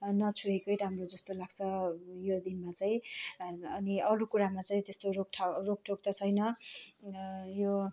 नछोएकै राम्रो जस्तो लाग्छ यो दिनमा चाहिँ अनि अनि अरू कुरा चाहिँ त्यस्तो रोक ठाउँ रोकटोक त छैन यो